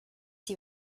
die